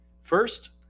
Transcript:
First